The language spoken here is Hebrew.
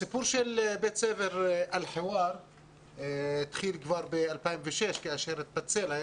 הסיפור של בית ספר אל-חיוואר התחיל כבר ב-2006 כאשר הוא התפצל.